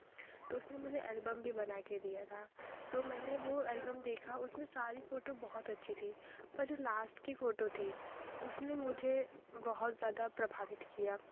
तो उसने मुझे एलबम भी बना कर दिया था तो मैंने वह एलबम देखा उसमें सारी फ़ोटो बहुत अच्छी थीं पर जो लास्ट की फ़ोटो थी उसने मुझे बहुत ज़्यादा प्रभावित किया